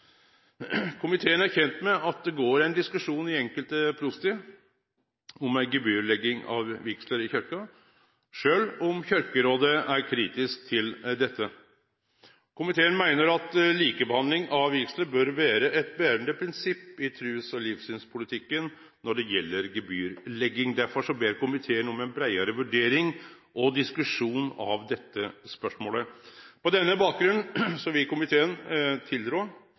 Komiteen er kjend med at det går ein diskusjon i enkelte prosti om ei gebyrlegging av vigsler i kyrkja, sjølv om Kyrkjerådet er kritisk til dette. Komiteen meiner at likebehandling av vigsler bør vere eit berande prinsipp i trus- og livssynspolitikken når det gjeld gebyrlegging. Derfor ber komiteen om ein breiare vurdering og diskusjon av dette spørsmålet. På denne bakgrunnen vil ein einstemmig komité tilrå